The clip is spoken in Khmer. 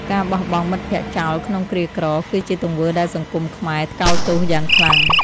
ការបោះបង់មិត្តភក្តិចោលក្នុងគ្រាក្រ គឺជាទង្វើដែលសង្គមខ្មែរថ្កោលទោសយ៉ាងខ្លាំង។